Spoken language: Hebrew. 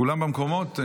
כולם במקומות?